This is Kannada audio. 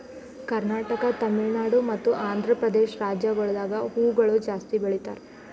ಕರ್ನಾಟಕ, ತಮಿಳುನಾಡು ಮತ್ತ ಆಂಧ್ರಪ್ರದೇಶ ರಾಜ್ಯಗೊಳ್ದಾಗ್ ಹೂವುಗೊಳ್ ಜಾಸ್ತಿ ಬೆಳೀತಾರ್